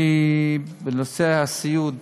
אני, בנושא הסיעוד,